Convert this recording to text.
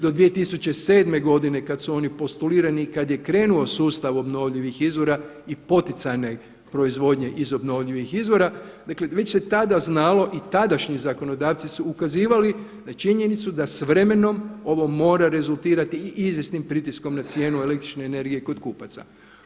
Do 2007. godine kada su oni postulirani i kada je krenuo sustav obnovljivih izvora i poticajne proizvodnje iz obnovljivih izvora, dakle već se tada znalo i tadašnji zakonodavci su ukazivali na činjenicu da s vremenom ovo mora rezultirati i izvjesnim pritiskom na cijenu električne energije kod kupaca.